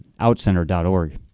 outcenter.org